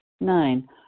Nine